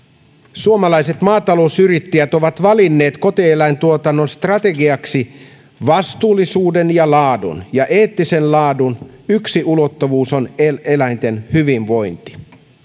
suomalaiset maatalousyrittäjät ovat valinneet kotieläintuotannon strategiaksi vastuullisuuden ja laadun ja eettisen laadun yksi ulottuvuus on eläinten hyvinvointi